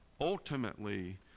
ultimately